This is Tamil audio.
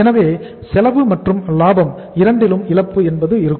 எனவே செலவு மற்றும் லாபம் இரண்டிலும் இழப்பு என்பது இருக்கும்